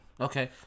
okay